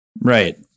Right